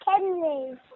Kenley